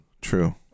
True